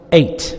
eight